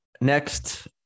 Next